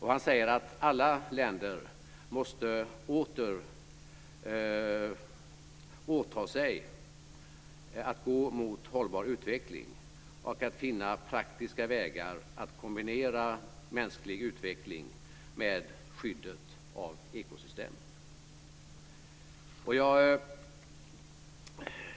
Han säger att alla länder åter måste åta sig att gå mot hållbar utveckling och finna praktiska vägar att kombinera mänsklig utveckling med skyddet av ekosystemen.